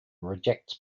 rejects